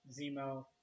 Zemo –